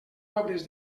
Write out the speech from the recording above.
obres